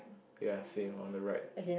ya same on the right